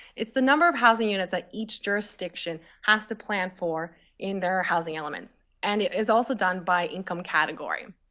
it's the number of housing units that each jurisdiction has to plan for in their housing elements. and it is also done by income category.